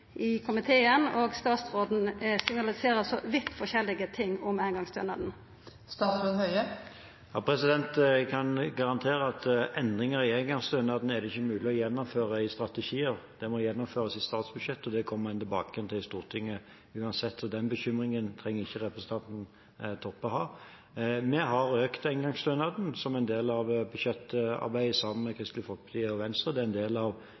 i komiteen og statsråden signaliserer så vidt forskjellige ting om eingongsstønaden? Jeg kan garantere at endringer i engangsstønaden er det ikke mulig å gjennomføre i strategier, det må gjennomføres i statsbudsjett. Det kommer en tilbake til i Stortinget, uansett, så den bekymringen trenger ikke representanten Toppe å ha. Vi har økt engangsstønaden som en del av budsjettarbeidet sammen med Kristelig Folkeparti og Venstre. Det er en del av